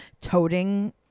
toting